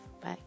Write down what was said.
bye